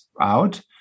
out